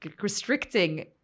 restricting